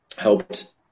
Helped